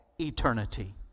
eternity